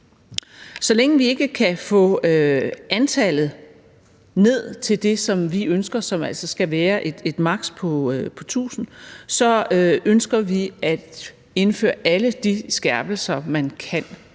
Så længe vi ikke kan få antallet ned til det, som vi ønsker, som altså skal være et maks. på 1.000, ønsker vi at indføre alle de skærpelser, som man